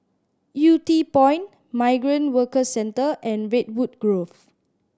Yew Tee Point Migrant Workers Centre and Redwood Grove